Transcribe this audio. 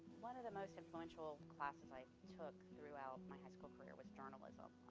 one of the most influential classes i took throughout my high school career was journalism,